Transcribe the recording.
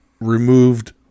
removed